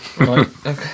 okay